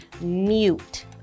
mute